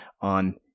on